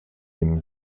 dem